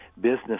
business